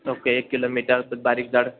okay एक kilo मीठ असं बारीक जाड